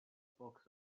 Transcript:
books